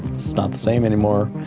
it's not the same anymore.